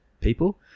people